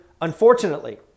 Unfortunately